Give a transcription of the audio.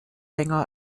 länger